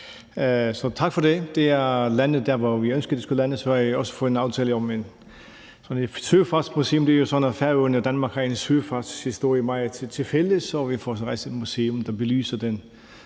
så tak for det. Det er landet der, hvor vi ønskede at det skulle lande. Så har man også fået en aftale om et søfartsmuseum. Det er jo sådan, at Færøerne og Danmark har en søfartshistorie til fælles, og vi får så rejst et museum, der belyser den